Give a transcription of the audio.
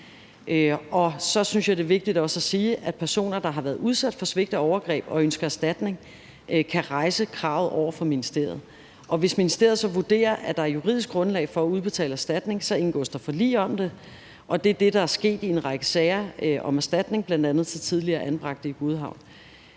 Og så synes jeg, det er vigtigt også at sige, at personer, der har været udsat for svigt og overgreb og ønsker erstatning, kan rejse kravet over for ministeriet. Hvis ministeriet så vurderer, at der er juridisk grundlag for at udbetale erstatning, indgås der forlig om det, og det er det, der er sket i en række sager om erstatning bl.a. til tidligere anbragte på Godhavn.